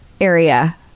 area